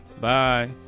Bye